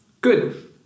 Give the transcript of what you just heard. good